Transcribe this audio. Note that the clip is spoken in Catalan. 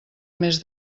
més